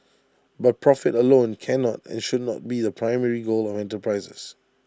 but profit alone cannot and should not be the primary goal of enterprises